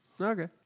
okay